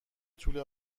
توله